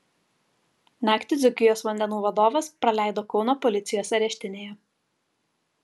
naktį dzūkijos vandenų vadovas praleido kauno policijos areštinėje